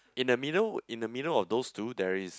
in the middle in the middle of those two there is